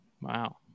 Wow